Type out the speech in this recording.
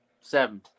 Seven